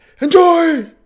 Enjoy